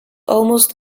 almost